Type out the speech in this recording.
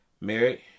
Married